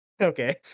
Okay